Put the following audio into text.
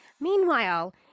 meanwhile